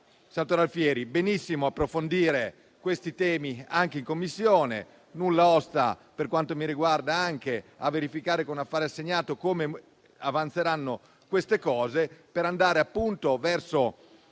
Senatore Alfieri, va benissimo approfondire questi temi anche in Commissione; nulla osta, per quanto mi riguarda, anche verificare con affare assegnato come avanzeranno queste cose per andare verso